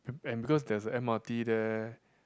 and because there's a M_R_T there